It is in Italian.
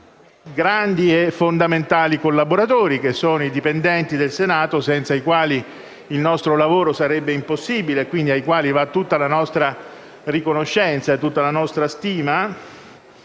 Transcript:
grandi e fondamentali collaboratori, che sono i dipendenti del Senato, senza i quali il nostro lavoro sarebbe impossibile, ai quali quindi va tutta la nostra riconoscenza, tutta la nostra stima